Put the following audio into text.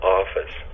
office